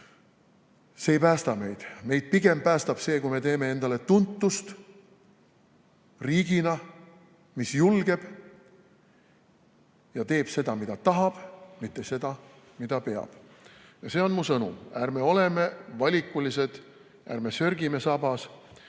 See ei päästa meid. Meid pigem päästab see, kui me teeme endale tuntust riigina, mis julgeb ja teeb seda, mida tahab, mitte seda, mida peab. See on mu sõnum: ärme oleme valikulised, ärme sörgime sabas!